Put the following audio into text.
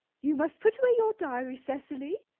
you must put away your diary, cecily.